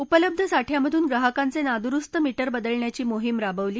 उपलब्ध साठ्यामधून ग्राहकांचत्रिदुरुस्त मिटर बदलण्याची मोहिम राबवली